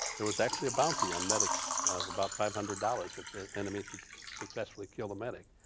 there was actually a bounty on medics of about five hundred dollars if the enemy could successfully kill the medic,